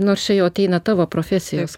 nors čia jau ateina tavo profesijos